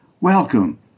Welcome